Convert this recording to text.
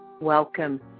Welcome